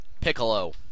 Piccolo